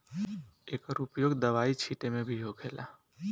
एकर उपयोग दवाई छींटे मे भी होखेला